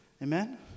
Amen